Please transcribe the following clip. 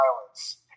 violence